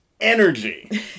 energy